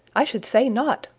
i should say not!